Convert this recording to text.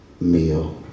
meal